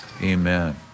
Amen